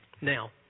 now